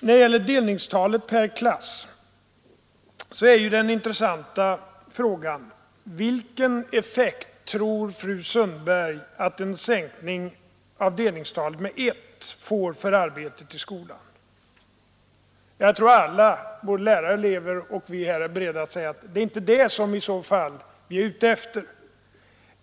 När det gäller delningstalet per klass är den intressanta frågan: Vilken effekt tror fru Sundberg att en sänkning av delningstalet med 1 får för arbetet i skolan? Jag tror att alla — både lärare och elever och vi här — är beredda att säga att det inte är det som vi i så fall är ute efter.